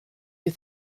you